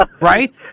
right